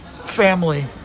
family